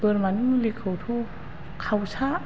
बोरमानि मुलिखौथ' खावसा